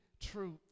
truth